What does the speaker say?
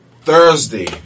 Thursday